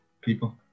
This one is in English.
people